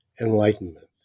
enlightenment